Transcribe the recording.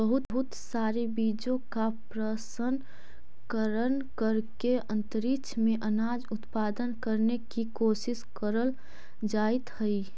बहुत सारे बीजों का प्रशन करण करके अंतरिक्ष में अनाज उत्पादन करने की कोशिश करल जाइत हई